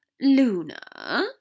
Luna